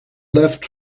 left